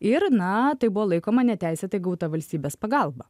ir na tai buvo laikoma neteisėtai gauta valstybės pagalba